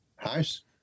house